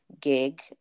gig